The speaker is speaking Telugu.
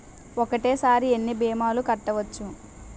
ఒక్కటేసరి ఎన్ని భీమాలు కట్టవచ్చు?